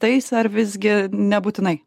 tais ar visgi nebūtinai